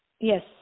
yes